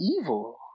evil